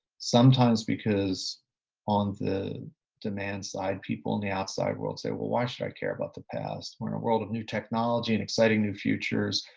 sometimes because on the demand side, people in the outside world say, well, why should i care about the past? we're in a world of new technology and exciting new futures.